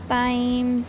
time